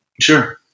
sure